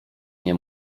nie